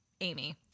amy